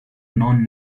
non